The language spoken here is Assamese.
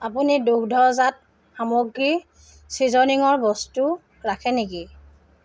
আপুনি দুগ্ধজাত সামগ্ৰী ছিজনিঙৰ বস্তু ৰাখে নেকি